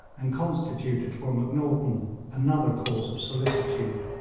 and constituted for macnaghten another cause of solicitude.